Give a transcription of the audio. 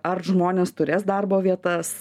ar žmonės turės darbo vietas